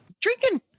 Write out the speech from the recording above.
Drinking